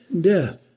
death